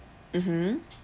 mmhmm